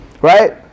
Right